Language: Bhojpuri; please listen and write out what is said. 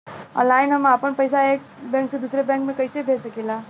ऑनलाइन हम आपन पैसा एक बैंक से दूसरे बैंक में कईसे भेज सकीला?